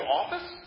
office